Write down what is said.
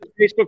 Facebook